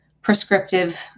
prescriptive